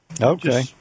Okay